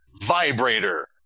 Vibrator